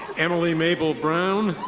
emily mabel brown.